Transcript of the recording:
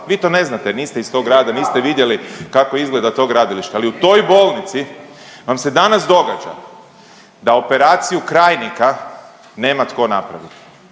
Vi to ne znate, niste iz tog grada, niste vidjeli kako izgleda to gradilište ali u toj bolnici vam se danas događa da operaciju krajnika nema tko napraviti.